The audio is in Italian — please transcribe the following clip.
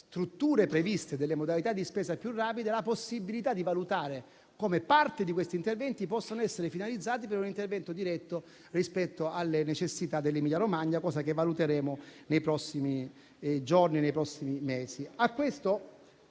strutture previste e delle modalità di spesa più rapide, la possibilità di valutare come parte di questi interventi possano essere finalizzati per un intervento diretto rispetto alle necessità dell'Emilia-Romagna, cosa che valuteremo nei prossimi giorni e nei prossimi mesi.